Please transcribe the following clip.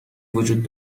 وجود